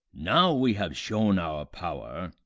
now we have shown our power,